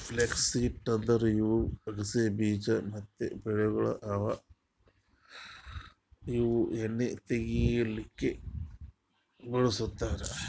flux seeds ಅಂದುರ್ ಇವು ಅಗಸಿ ಬೀಜ ಮತ್ತ ಬೆಳೆಗೊಳ್ ಅವಾ ಇವು ಎಣ್ಣಿ ತೆಗಿಲುಕ್ ಬಳ್ಸತಾರ್